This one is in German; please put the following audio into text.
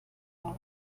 aus